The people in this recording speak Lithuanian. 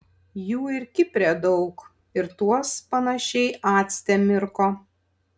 jų ir kipre daug ir tuos panašiai acte mirko